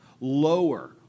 lower